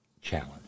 challenge